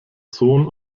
sohn